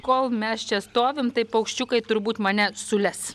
kol mes čia stovim tai paukščiukai turbūt mane sules